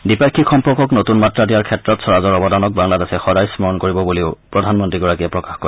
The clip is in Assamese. দ্বিপাক্ষিক সম্পৰ্কক নতুন মাত্ৰা দিয়াৰ ক্ষেত্ৰত স্বৰাজৰ অৱদানক বাংলাদেশে সদায় স্মৰণ কৰিব বুলিও প্ৰধানমন্ত্ৰীগৰাকীয়ে প্ৰকাশ কৰে